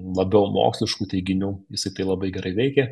labiau moksliškų teiginių jisai tai labai gerai veikia